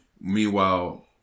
Meanwhile